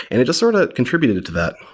and it just sort of contributed to that.